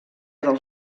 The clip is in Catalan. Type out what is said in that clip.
del